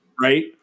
right